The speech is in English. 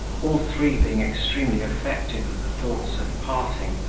all three being extremely affected with the thoughts of parting,